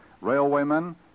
railwaymen